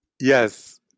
Yes